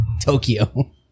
Tokyo